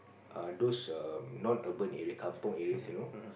a those a non urban areas kampong areas you know